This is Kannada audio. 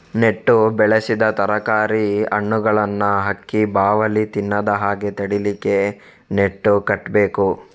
ನೆಟ್ಟು ಬೆಳೆಸಿದ ತರಕಾರಿ, ಹಣ್ಣುಗಳನ್ನ ಹಕ್ಕಿ, ಬಾವಲಿ ತಿನ್ನದ ಹಾಗೆ ತಡೀಲಿಕ್ಕೆ ನೆಟ್ಟು ಕಟ್ಬೇಕು